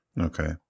Okay